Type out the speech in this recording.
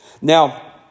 Now